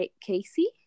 Casey